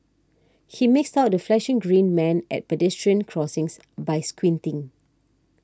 he makes out the flashing green man at pedestrian crossings by squinting